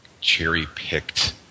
cherry-picked